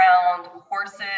horses